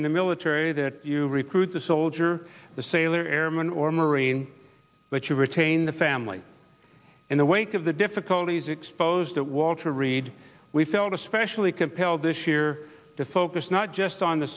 in the military that you recruit the soldier sailor airman or marine but you retain the family in the wake of the difficulties exposed at walter reed we felt especially compelled this year to focus not just on the